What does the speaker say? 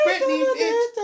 Britney